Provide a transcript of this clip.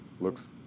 looks